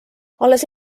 alles